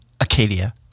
Acadia